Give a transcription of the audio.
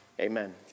Amen